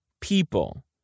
people